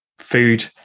food